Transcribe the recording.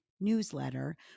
newsletter